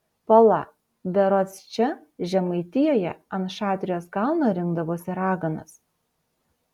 pala berods čia žemaitijoje ant šatrijos kalno rinkdavosi raganos